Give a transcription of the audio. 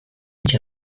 hitz